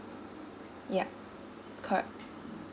yup correct